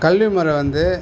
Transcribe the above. கல்விமுறை வந்து